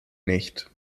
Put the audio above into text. nicht